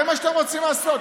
זה מה שאתם רוצים לעשות.